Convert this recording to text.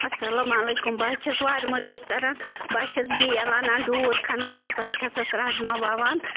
اَلسلام علیکُم بہٕ حظ چھَس وارِ متعلق کَران بہٕ حظ چھَس بیل اَنان ڈوٗر کھنان پتہٕ حظ چھَسَس رَزما وَوان